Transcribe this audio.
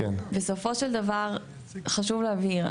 בסופו של דבר חשוב להבהיר,